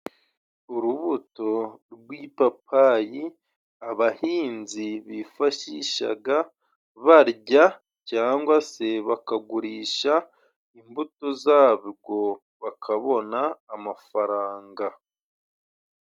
Urubuto rw'ipapayi abahinzi bifashishaga barya, cyangwa se bakagurisha imbuto zarwo bakabona amafaranga.